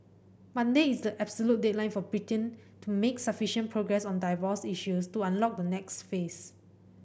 Monday is the absolute deadline for Britain to make sufficient progress on divorce issues to unlock the next phase